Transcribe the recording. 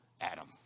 Adam